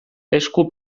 esku